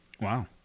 Wow